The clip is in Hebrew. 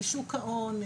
שוק ההון.